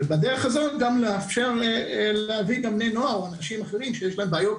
ובדרך הזאת גם לאפשר להביא גם בני נוער או אנשים אחרים שיש להם בעיות